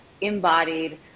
embodied